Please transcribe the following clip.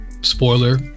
spoiler